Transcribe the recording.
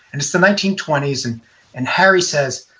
and it's the nineteen twenty s and and harry says,